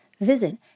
visit